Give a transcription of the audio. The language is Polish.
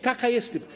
taka jest.